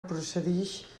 procedix